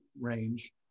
range